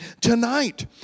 tonight